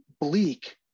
bleak